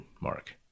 mark